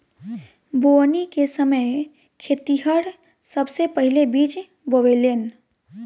बोवनी के समय खेतिहर सबसे पहिले बिज बोवेलेन